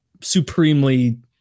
supremely